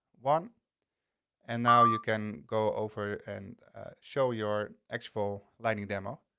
one and now you can go over and show your actual lighting demo.